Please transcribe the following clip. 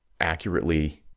accurately